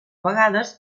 vegades